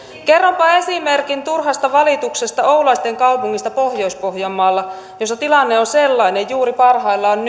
kerronpa esimerkin turhasta valituksesta oulaisten kaupungista pohjois pohjanmaalla jossa tilanne on juuri parhaillaan